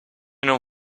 non